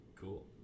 cool